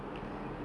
dalam cupboard